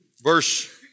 verse